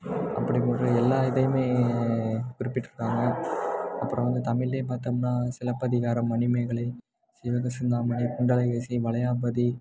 அப்படி ஒரு எல்லா இதையுமே குறிப்பிட்டிருக்காங்க அப்புறம் வந்து தமிழ்லையே பார்த்தம்ன்னா சிலப்பதிகாரம் மணிமேகலை சீவகசிந்தாமணி குண்டலகேசி வளையாபதி